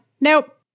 Nope